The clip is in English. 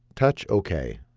touch ok.